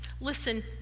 Listen